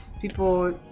people